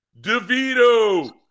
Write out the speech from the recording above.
DeVito